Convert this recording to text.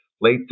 late